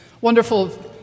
wonderful